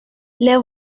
les